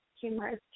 humorous